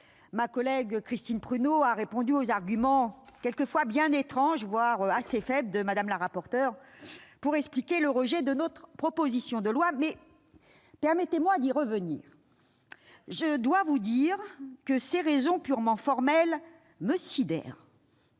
Ma collègue Christine Prunaud a répondu aux arguments bien faibles, pour ne pas dire étranges de Mme la rapporteure pour expliquer le rejet de notre proposition de loi. Mais permettez-moi d'y revenir. Je dois vous dire que ces raisons, purement formelles, me sidèrent.